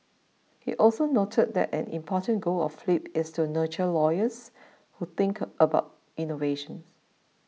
he also noted that an important goal of flip is to nurture lawyers who think about innovation